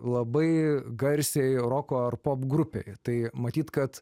labai garsiai roko ar pop grupei tai matyt kad